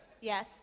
Yes